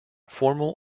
formal